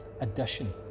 addition